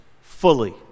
fully